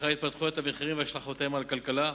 אחר התפתחויות המחירים והשלכותיהם על הכלכלה.